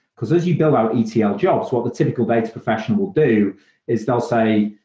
because as you build out etl ah jobs, what a typical data professional will do is they'll say,